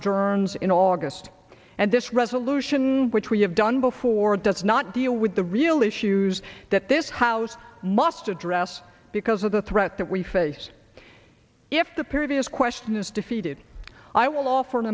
of germs in august and this resolution which we have done before does not deal with the real issues that this house must address because with the threat that we face if the period is question is defeated i will offer an